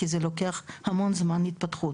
כי זה לוקח המון זמן התפתחות.